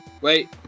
Wait